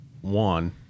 one